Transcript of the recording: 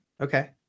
Okay